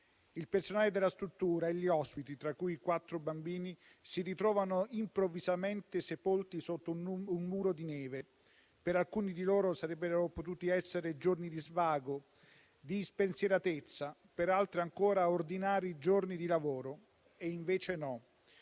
Il personale della struttura e gli ospiti, tra cui quattro bambini, si ritrovano improvvisamente sepolti sotto un muro di neve. Per alcuni di loro sarebbero potuti essere giorni di svago, di spensieratezza, per altri ancora ordinari giorni di lavoro. E invece no.